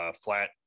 flat